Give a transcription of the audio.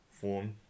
form